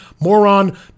moron